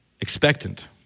expectant